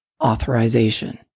authorization